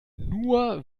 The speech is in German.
nur